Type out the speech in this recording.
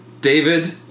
David